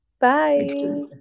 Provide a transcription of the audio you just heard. Bye